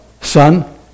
son